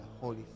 Holy